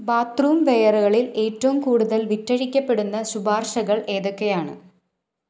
bathroom ware കളിൽ ഏറ്റവും കൂടുതൽ വിറ്റഴിക്കപ്പെടുന്ന ശുപാർശകൾ ഏതൊക്കെയാണ്